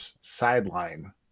sideline